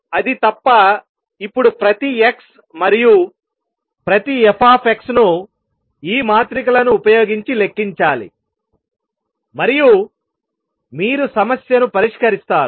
అది తప్ప ఇప్పుడు ప్రతి x మరియు ప్రతి Fx ను ఈ మాత్రికలను ఉపయోగించి లెక్కించాలి మరియు మీరు సమస్యను పరిష్కరిస్తారు